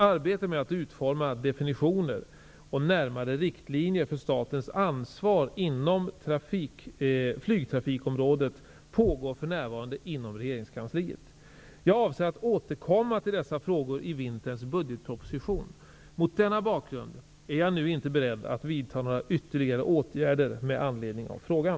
Arbetet med att utforma definitioner och närmare riktlinjer för statens ansvar inom flygtrafikområdet pågår för närvarande inom regeringskansliet. Jag avser att återkomma till dessa frågor i vinterns budgetproposition. Mot denna bakgrund är jag nu inte beredd att vidta några ytterligare åtgärder med anledning av frågan.